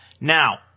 now